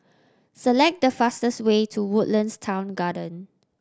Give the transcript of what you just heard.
select the fastest way to Woodlands Town Garden